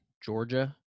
Georgia